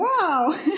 Wow